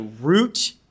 root